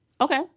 Okay